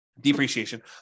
depreciation